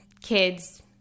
kids